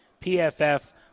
PFF